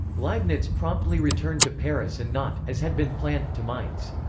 leibniz promptly returned to paris and not, as had been planned, to mainz.